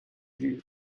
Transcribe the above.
vue